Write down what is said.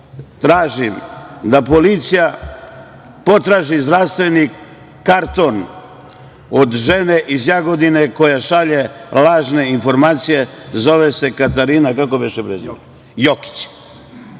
tražim da policija potraži zdravstveni karton od žene iz Jagodine, koja šalje lažne informacije i zove se Katarina Jokić. Ja vas molim